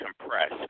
compress